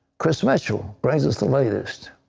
chris mitchell brings us the latest.